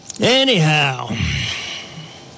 Anyhow